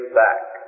back